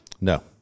No